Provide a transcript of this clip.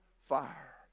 fire